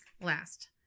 Last